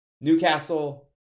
Newcastle